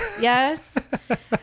Yes